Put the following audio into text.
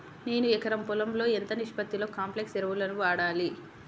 నేను ఎకరం పొలంలో ఎంత నిష్పత్తిలో కాంప్లెక్స్ ఎరువులను వాడాలి?